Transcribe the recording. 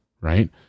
right